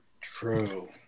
True